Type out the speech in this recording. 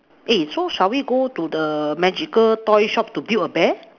eh so shall we go to the magical toy shop to build a bear